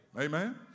Amen